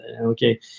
okay